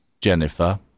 Jennifer